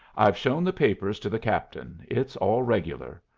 i've shown the papers to the captain. it's all regular.